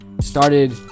Started